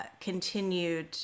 continued